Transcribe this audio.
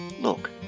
look